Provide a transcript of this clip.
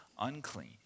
unclean